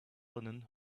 linen